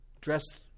dressed